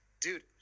dude